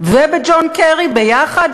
ובג'ון קרי ביחד,